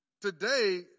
Today